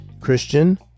christian